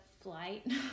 flight